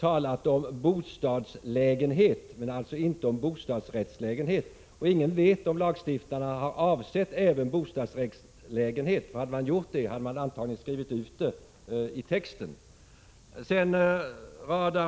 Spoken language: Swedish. talat om ”bostadslägenhet” men alltså inte om ”bostadsrättslägenhet”, och ingen vet om lagstiftarna har avsett även bostadsrättslägenhet. Om de gjort det hade de antagligen skrivit in detta i texten.